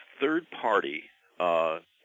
third-party